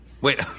Wait